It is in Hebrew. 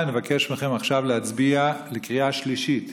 אני מבקש מכם עכשיו להצביע בקריאה שלישית.